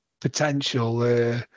potential